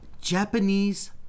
Japanese